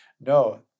No